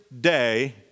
day